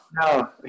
no